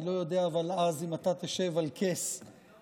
אבל אני לא יודע אם תשב אז על כס היושב-ראש,